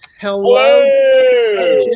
Hello